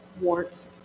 warts